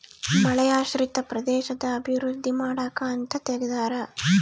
ಮಳೆಯಾಶ್ರಿತ ಪ್ರದೇಶದ ಅಭಿವೃದ್ಧಿ ಮಾಡಕ ಅಂತ ತೆಗ್ದಾರ